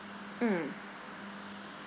mm